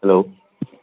hello